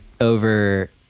over